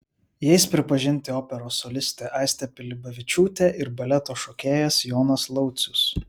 jais pripažinti operos solistė aistė pilibavičiūtė ir baleto šokėjas jonas laucius